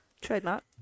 Trademark